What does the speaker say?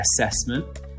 assessment